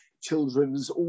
children's